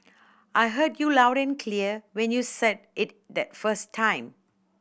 I heard you loud and clear when you said it the first time